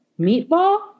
Meatball